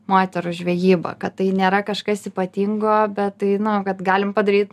moterų žvejyba kad tai nėra kažkas ypatingo bet tai nu kad galim padaryt